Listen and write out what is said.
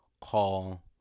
call